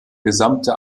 gesamte